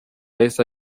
yahise